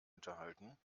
unterhalten